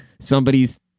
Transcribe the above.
somebody's